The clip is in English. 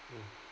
mm